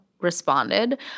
responded